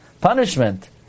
punishment